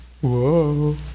whoa